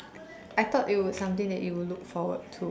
I thought it was something that you would look forward to